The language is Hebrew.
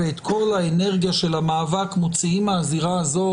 ואת כל האנרגיה של המאבק מוציאים מהזירה הזו